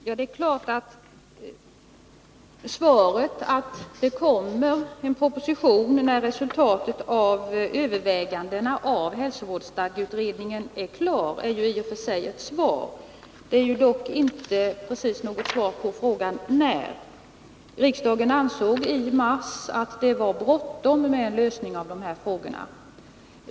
Herr talman! Ja, beskedet att svaret att det kommer en proposition när resultatet av övervägandena av hälsovårdsstadgeutredningen är klart är ju i och för sig ett svar. Det är dock inte precis något svar på frågan när. Riksdagen ansåg i mars att det var bråttom med en lösning av de här frågorna.